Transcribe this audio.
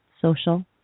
social